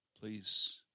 Please